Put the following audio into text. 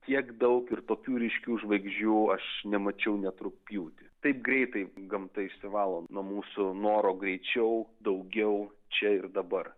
kiek daug ir tokių ryškių žvaigždžių aš nemačiau net rugpjūtį taip greitai gamta išsivalo nuo mūsų noro greičiau daugiau čia ir dabar